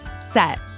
set